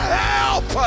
help